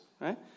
right